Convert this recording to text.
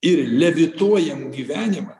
ir levituojam gyvenimą